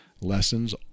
lessons